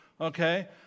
Okay